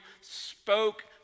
spoke